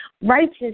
righteous